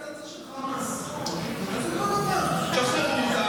נא